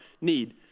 need